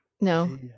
No